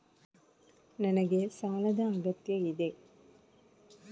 ನನಗೆ ಸಾಲದ ಅಗತ್ಯ ಇದೆ?